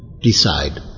decide